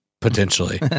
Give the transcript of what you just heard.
potentially